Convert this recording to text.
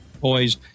boys